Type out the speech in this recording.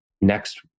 next